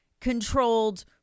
Controlled